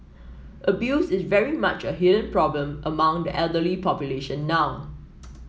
abuse is very much a hidden problem among the elderly population now